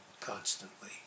constantly